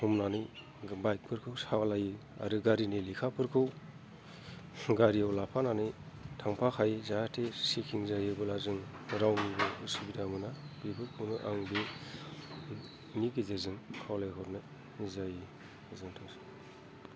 हमनानै बाइकखौ सालायो आरो गारिनि लेखाफोरखौ गारियाव लाफानानै थांफाखायो जाहाथे सेकिं जायोब्ला जों रावनिबो उसुबिदा मोना बेफोरखौनो आं बेनि गेजेरजों खावलाय हरनाय जायो गोजोन्थोंसै